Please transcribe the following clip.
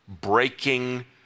breaking